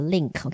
Link